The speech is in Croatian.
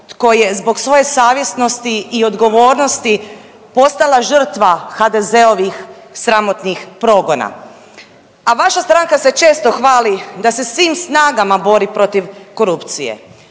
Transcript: tko je zbog svoje savjesnosti i odgovornosti postala žrtva HDZ-ovih sramotnih progona. A vaša stranka se često hvali da se svim snagama bori protiv korupcije.